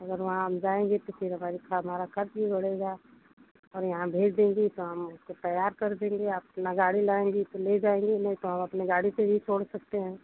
अगर वहाँ हम जाएंगे तो फिर हमारी हमारा खर्च भी बढ़ेगा और यहाँ भेज देंगी तो हम उसको तैयार कर देंगे अपना गाड़ी लाएंगी तो ले जाएंगी नहीं तो हम अपने गाड़ी से ही छोड़ सकते हैं